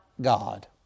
God